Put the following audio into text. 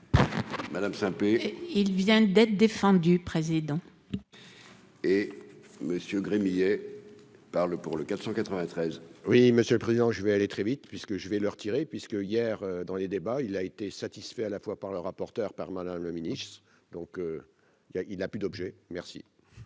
Madame, il vient d'être défendu président. Et Monsieur Gremillet par le pour le 400 93. Oui, monsieur le président je vais aller très vite, puisque je vais le retirer, puisqu'hier dans les débats, il a été satisfait à la fois par le rapporteur par Madame le Ministre, donc il a il a plus d'objet merci.